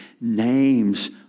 Names